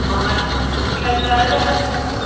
हमारी इस्कूल के अंदर